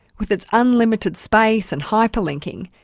with its unlimited space and hyper-linking,